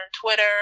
Twitter